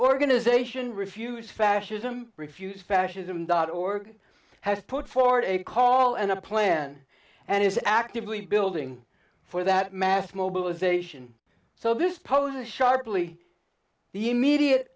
organization refuse fascism refuse fascism dot org has put forward a call and a plan and is actively building for that mass mobilization so this poses sharply the immediate